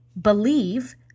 believe